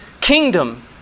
kingdom